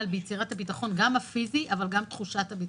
ביצירת הביטחון הפיזי וגם תחושת הביטחון.